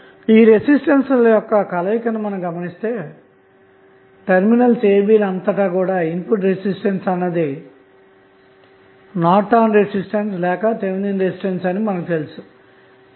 కాబట్టి ఈ రెసిస్టెన్స్ ల కలయిక మీరు గమనిస్తే టెర్మినల్స్ a b అంతటా ఇన్పుట్ రెసిస్టెన్స్ అన్నది నార్టన్ రెసిస్టెన్స్ లేక థీవెనిన్ రెసిస్టెన్స్ అని చెప్పవచ్చు